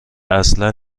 اصلا